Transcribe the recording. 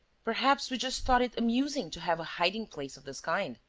perhaps we just thought it amusing to have a hiding-place of this kind.